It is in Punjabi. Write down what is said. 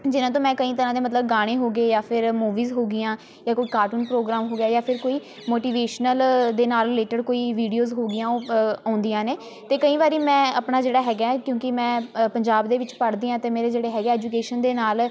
ਜਿਨ੍ਹਾਂ ਤੋਂ ਮੈਂ ਕਈ ਤਰ੍ਹਾਂ ਦੇ ਮਤਲਬ ਗਾਣੇ ਹੋ ਗਏ ਜਾਂ ਫਿਰ ਮੂਵੀਜ਼ ਹੋ ਗਈਆਂ ਜਾਂ ਕੋਈ ਕਾਰਟੂਨ ਪ੍ਰੋਗਰਾਮ ਹੋ ਗਿਆ ਜਾਂ ਫਿਰ ਕੋਈ ਮੋਟੀਵੇਸ਼ਨਲ ਦੇ ਨਾਲ ਰਿਲੇਟਡ ਕੋਈ ਵੀਡੀਓ ਹੋ ਗਈਆਂ ਉਹ ਆਉਂਦੀਆਂ ਨੇ ਅਤੇ ਕਈ ਵਾਰੀ ਮੈਂ ਆਪਣਾ ਜਿਹੜਾ ਹੈਗਾ ਕਿਉਂਕਿ ਮੈਂ ਪੰਜਾਬ ਦੇ ਵਿੱਚ ਪੜ੍ਹਦੀ ਹਾਂ ਅਤੇ ਮੇਰੇ ਜਿਹੜੇ ਹੈਗੇ ਐਜੂਕੇਸ਼ਨ ਦੇ ਨਾਲ